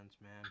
man